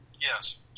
Yes